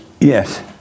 Yes